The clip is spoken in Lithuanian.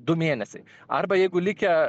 du mėnesiai arba jeigu likę